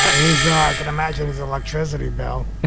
his. i can imagine his electricity bill